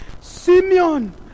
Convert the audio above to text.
Simeon